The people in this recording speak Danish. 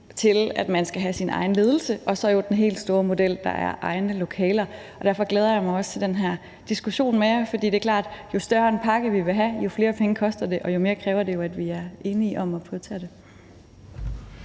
til, at man skal have sin egen ledelse, og så den helt store model, der er egne lokaler. Og derfor glæder jeg mig også til den her diskussion med jer, for det er klart, at jo større en pakke, vi vil have, jo flere penge koster det, og jo mere kræver det jo, at vi er enige om at prioritere det.